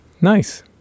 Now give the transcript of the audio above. nice